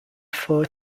for